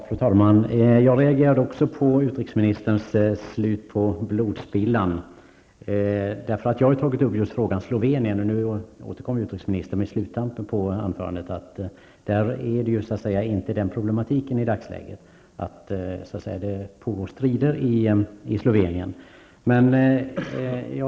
Fru talman! Jag reagerade också på utrikesministerns tal om slut på blodspillan. Jag har tagit upp frågan om just Slovenien. Nu återkommer utrikesministern på sluttampen av anförandet och säger att där råder inte dessa problem i dagsläget, dvs. att det pågår strider i Slovenien.